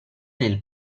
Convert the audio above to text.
nel